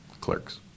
clerks